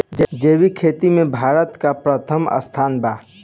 जैविक खेती में भारत का प्रथम स्थान बा